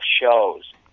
Shows